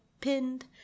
pinned